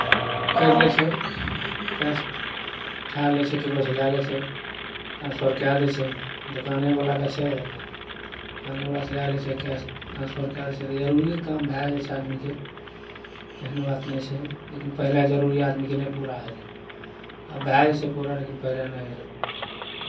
करि लै छै कैश उठा लै छै ककरोसँ लए लै छै ट्रान्सफर कए दै छै दोकानेवलाके छै दोकानेवलासँ लए लै छै कैश ट्रान्सफर कए दै छै तऽ जरूरीके काम भए जाइ छै आदमीके एहनो बात नहि छै पहिले जरूरी आदमीके नहि पूरा होइ रहै आब भए जाइ छै पूरा लेकिन पहिले नहि होइ रहै पूरा